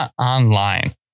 online